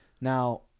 Now